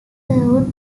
served